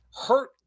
hurt